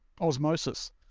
osmosis